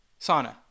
Sauna